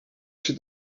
się